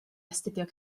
astudio